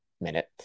minute